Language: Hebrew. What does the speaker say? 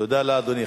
תודה לאדוני.